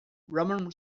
roman